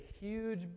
huge